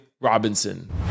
Robinson